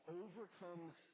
overcomes